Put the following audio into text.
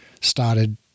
started